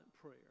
prayer